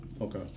Okay